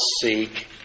seek